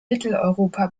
mitteleuropa